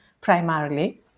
primarily